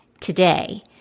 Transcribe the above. today